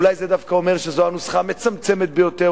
אולי זה דווקא אומר שזו הנוסחה המצמצמת ביותר,